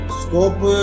scope